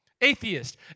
atheist